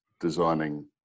designing